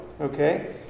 Okay